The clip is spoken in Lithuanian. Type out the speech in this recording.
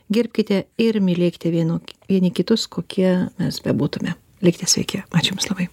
gerbkite ir mylėkite vienų vieni kitus kokie mes bebūtume likite sveiki ačiū jums labai